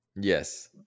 Yes